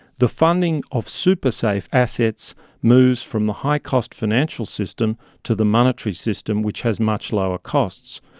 the funding of super-safe assets moves from the high-cost financial system to the monetary system which has much lower costs.